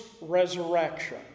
resurrection